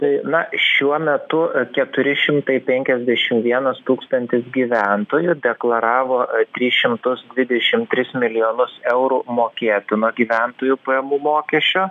tai na šiuo metu keturi šimtai penkiasdešim vienas tūkstantis gyventojų deklaravo tris šimtus dvidešimt tris milijonus eurų mokėtino gyventojų pajamų mokesčio